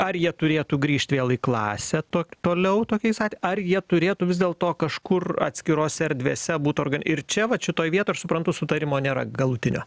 ar jie turėtų grįžt vėl į klasę to toliau tokiais at ar jie turėtų vis dėlto kažkur atskirose erdvėse būt organ ir čia vat šitoj vietoj aš suprantu sutarimo nėra galutinio